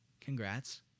Congrats